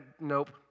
Nope